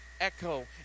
echo